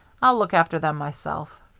i'll look after them myself.